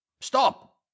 Stop